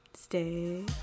Stay